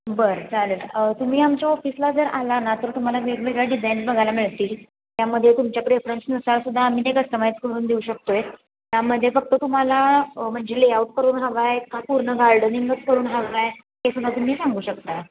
बरं चालेल तुम्ही आमच्या ऑफिसला जर आला ना तर तुम्हाला वेगवेगळ्या डिझाईन बघायला मिळतील त्यामध्ये तुमच्या प्रेफरन्सनुसार सुद्धा आम्ही ते कस्टमाईज करून देऊ शकतो आहे त्यामध्ये फक्त तुम्हाला म्हणजे लेआउट करून हवे आहेत का पूर्ण गार्डनिंगच करून हवे आहे ते सुद्धा तुम्ही सांगू शकता